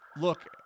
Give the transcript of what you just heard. Look